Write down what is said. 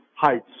heights